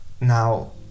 now